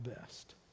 best